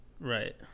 Right